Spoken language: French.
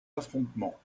affrontements